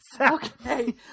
okay